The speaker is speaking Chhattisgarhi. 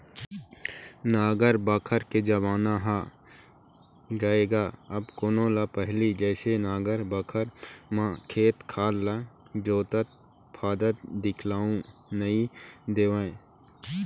नांगर बखर के जमाना ह गय गा अब कोनो ल पहिली जइसे नांगर बखर म खेत खार ल जोतत फांदत दिखउल नइ देवय